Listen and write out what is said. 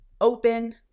open